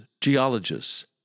geologists